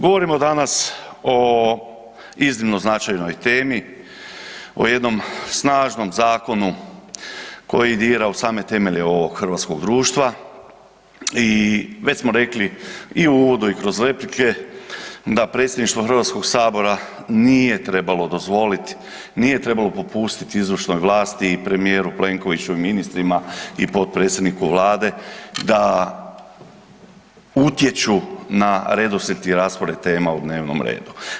Govorimo danas o iznimno značajnoj temi, o jednom snažnom zakonu koji dira u same temelje ovog hrvatskog društva i već smo rekli i u uvodu i kroz replike da predsjedništvo Hrvatskog sabora nije trebalo dozvoliti, nije trebalo popusti izvršnoj vlasti i premijeru Plenkoviću i ministrima i potpredsjedniku Vlade da utječu na redoslijed i raspored tema u dnevnom redu.